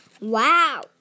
Wow